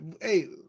hey